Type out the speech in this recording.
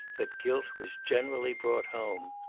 that guilt was generally brought home.